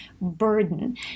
burden